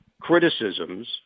criticisms